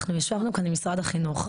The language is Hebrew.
אנחנו ישבנו כאן עם משרד החינוך.